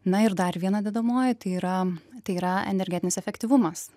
na ir dar viena dedamoji tai yra tai yra energetinis efektyvumas